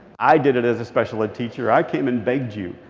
i did it as a special ed teacher. i came and begged you,